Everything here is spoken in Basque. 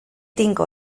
tinko